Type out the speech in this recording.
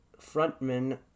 frontman